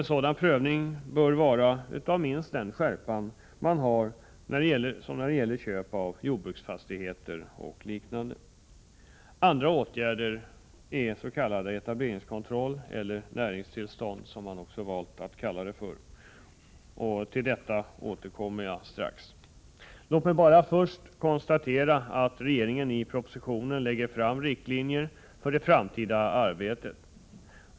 En sådan prövning bör ha minst samma skärpa som vad som är fallet vid köp av bl.a. jordbruksfastigheter. Andra åtgärder i samma riktning är etableringskontroll resp. näringstillstånd. Till detta återkommer jag strax. Låt mig först bara konstatera att regeringen i propositionen drar upp riktlinjer för det framtida arbetet.